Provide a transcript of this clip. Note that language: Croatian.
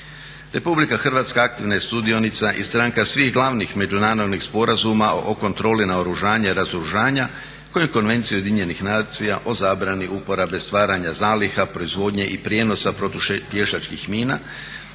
u društvo. RH aktivna je sudionica i stranka svih glavnih međunarodnih sporazuma o kontroli naoružanja i razoružanja kao i Konvencije UN-a o zabrani uporabe stvaranja zaliha proizvodnje i prijenosa protupješačkih mina